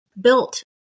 built